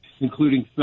including